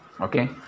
Okay